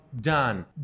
done